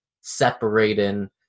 separating